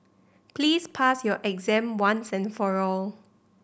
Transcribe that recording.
please pass your exam once and for all